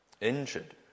injured